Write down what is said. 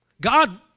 God